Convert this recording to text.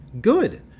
Good